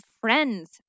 friends